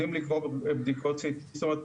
יודעים לקרוא בדיקות CT. זאת אומרת: